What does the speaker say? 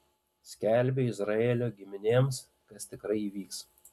skelbiu izraelio giminėms kas tikrai įvyks